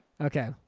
Okay